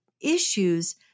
issues